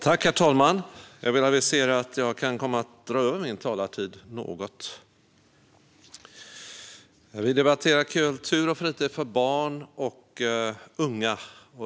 Herr talman! Jag vill avisera att jag kan komma att dra över min talartid något. Vi debatterar kultur och fritid för barn och unga.